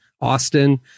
Austin